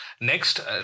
next